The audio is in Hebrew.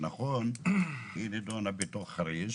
נכון שהיא נדונה בחריש